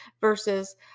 versus